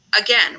again